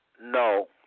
no